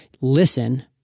Listen